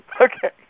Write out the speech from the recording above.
Okay